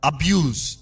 Abuse